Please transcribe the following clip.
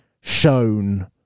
shown